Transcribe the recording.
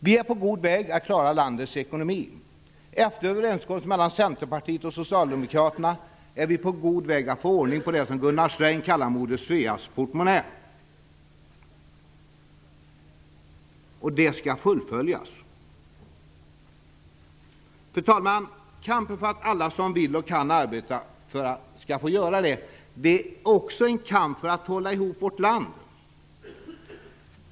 Vi är på god väg att klara av landets ekonomi. Efter överenskommelsen mellan Centerpartiet och Socialdemokraterna är vi på god väg att få ordning på det som Gunnar Sträng kallade för moder Sveas portmonnä. Och det arbetet skall fullföljas. Fru talman! Kampen för att alla som vill och kan arbeta skall få göra det är också en kamp för att vi skall kunna hålla ihop vårt land.